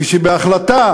כשבהחלטה